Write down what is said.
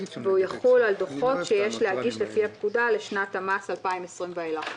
והוא יחול על דוחות שיש להגיש לפי הפקודה לשנת המס 2020 ואילך.